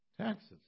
taxes